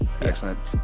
excellent